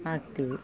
ಹಾಕ್ತೇವೆ